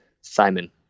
simon